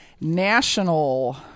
National